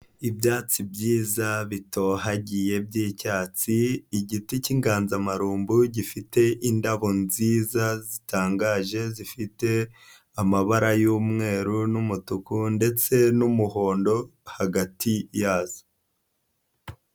Ibyatsi byiza bitohagiye by'icyatsi, igiti cy'inganzamarumbu gifite indabo nziza zitangaje zifite, amabara y'umweru n'umutuku ndetse n'umuhondo hagati yazo.